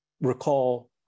recall